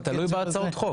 זה תלוי בהצעות החוק.